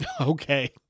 Okay